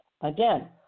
Again